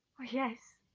oh, yes,